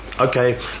Okay